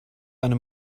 eine